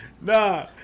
Nah